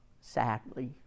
sadly